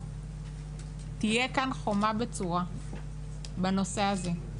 תהיה כאן חומה בצורה בנושא הזה,